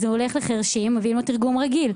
אז הוא הולך לחירשים ונותנים לו תרגום רגיל.